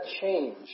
change